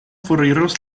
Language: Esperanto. foriros